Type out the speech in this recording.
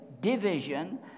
division